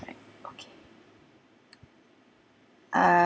right okay ah